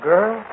Girl